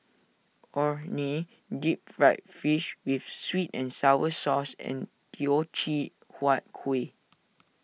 Orh Nee Deep Fried Fish with Sweet and Sour Sauce and Teochew Huat Kueh